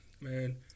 man